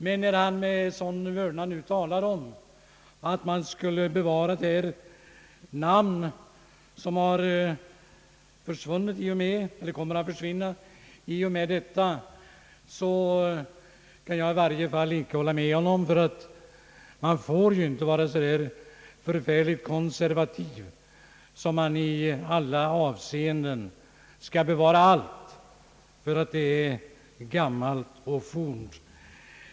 Men när han talar om att man skall bevara det namn som nu kommer att försvinna, kan i varje fall inte jag hålla med honom. Man får inte vara så där förfärligt konservativ att man i alla avseenden skall bevara allt bara för att det är gammalt och fornt.